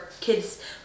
kids